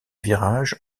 virages